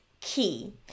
key